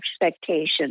expectations